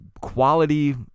quality